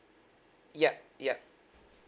yup yup